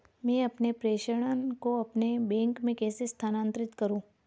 मैं अपने प्रेषण को अपने बैंक में कैसे स्थानांतरित करूँ?